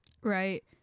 Right